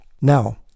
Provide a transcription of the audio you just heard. now